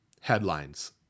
headlines